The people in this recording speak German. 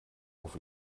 auf